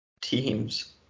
teams